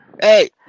Hey